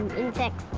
insects,